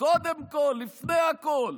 קודם כול ולפני הכול